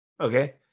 Okay